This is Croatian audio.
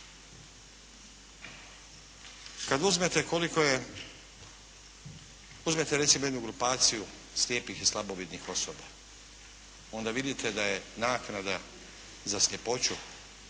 je, uzmete recimo jednu grupaciju slijepih i slabovidnih osoba, onda vidite da je naknada za sljepoću